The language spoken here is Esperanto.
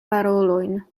parolojn